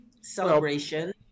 celebration